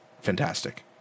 fantastic